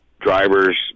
drivers